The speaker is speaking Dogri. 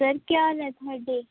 सर केह् हाल ऐ थुआढ़े